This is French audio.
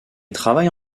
travaille